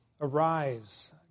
Arise